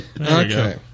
Okay